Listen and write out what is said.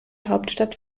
hauptstadt